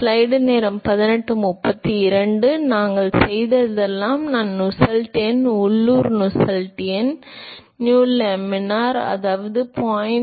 எனவே நாங்கள் செய்ததெல்லாம் நான் நுசெல்ட் எண் உள்ளூர் நசெல்ட்ஸ் எண் நு லேமினார் அதாவது 0